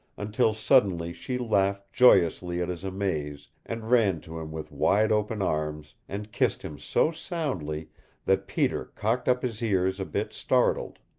until suddenly she laughed joyously at his amaze, and ran to him with wide-open arms, and kissed him so soundly that peter cocked up his ears a bit startled.